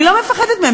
אני לא מפחדת מהם.